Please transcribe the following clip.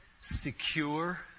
secure